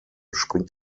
springt